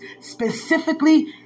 specifically